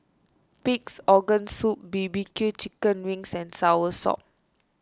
Pig's Organ Soup B B Q Chicken Wings and Soursop